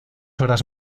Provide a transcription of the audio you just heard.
horas